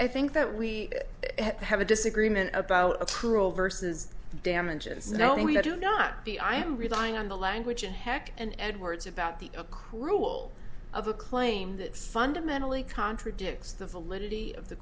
i think that we have a disagreement about versus damages no we do not be i am relying on the language and heck and edwards about the a cruel of a claim that fundamentally contradicts the validity of the